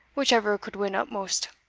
whichever could win upmost,